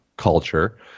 Culture